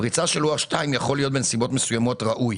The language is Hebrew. פריצה של לוח 2 יכול להיות בנסיבות מסוימות ראוי.